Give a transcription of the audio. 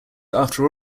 after